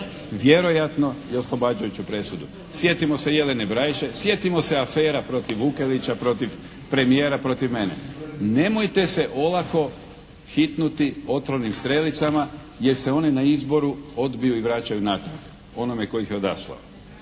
vjerojatno i oslobađajuću presudu. Sjetimo se Jelene Brajše. Sjetimo se afera protiv Vukelića, protiv premijera, protiv mene. Nemojte se olako hitnuti otrovnim strelicama jer se one na izboru odbiju i vraćaju natrag onome koji ih je odaslao.